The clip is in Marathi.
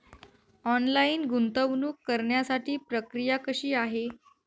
ऑनलाईन गुंतवणूक करण्यासाठी प्रक्रिया कशी आहे?